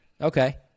Okay